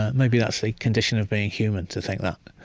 maybe that's a condition of being human, to think that.